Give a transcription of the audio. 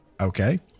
Okay